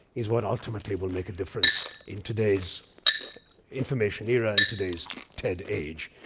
is what ultimately will make a difference in today's information era, in today's ted age.